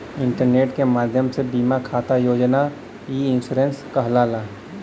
internet के माध्यम से बीमा खाता खोलना ई इन्शुरन्स कहलाला